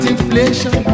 inflation